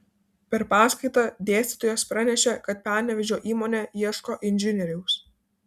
per paskaitą dėstytojas pranešė kad panevėžio įmonė ieško inžinieriaus